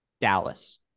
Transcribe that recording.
dallas